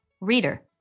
Reader